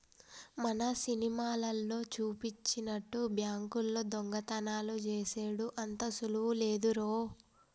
మన సినిమాలల్లో జూపినట్టు బాంకుల్లో దొంగతనాలు జేసెడు అంత సులువు లేదురో